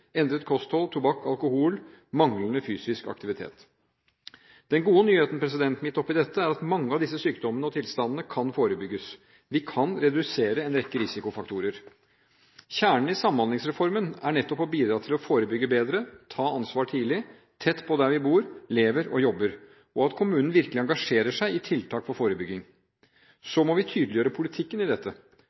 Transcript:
endret kosthold, tobakk, alkohol, manglende fysisk aktivitet. Den gode nyheten midt oppe i dette er at mange av disse sykdommene og tilstandene kan forebygges. Vi kan redusere en rekke risikofaktorer. Kjernen i Samhandlingsreformen er nettopp å bidra til å forebygge bedre, ta ansvar tidlig, tett på der vi bor, lever og jobber, og at kommunen virkelig engasjerer seg i tiltak for forebygging. Så må vi tydeliggjøre politikken i dette.